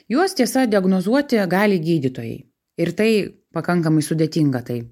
juos tiesa diagnozuoti gali gydytojai ir tai pakankamai sudėtinga tai